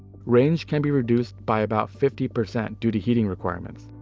range can be reduced by about fifty percent due to heating requirements.